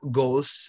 goals